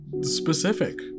specific